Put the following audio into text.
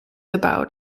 about